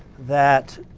that